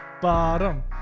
bottom